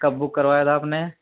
کب بک کروایا تھا آپ نے